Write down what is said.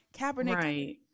kaepernick